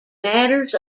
matters